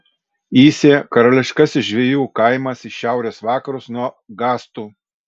įsė karališkasis žvejų kaimas į šiaurės vakarus nuo gastų